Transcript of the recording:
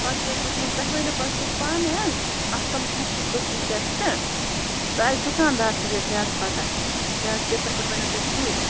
پَتہٕ کٔرِو تُہۍ کٲم تۄہہِ وَنٮ۪و پتہٕ سُہ پانٕے حظ اَصٕل کُس ہیٛوٗ قٔسٕم کیٛاہ چھِ سُہ آسہِ دُکانٛدارسٕے بیٚیہِ زیادٕ پتاہ زیادٕ بہتر پٲٹھۍ وَنٮ۪و تۄہہِ سُے